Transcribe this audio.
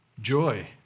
joy